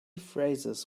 phrases